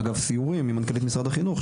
אגב סיורים עם מנכ"לית משרד החינוך,